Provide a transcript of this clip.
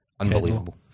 Unbelievable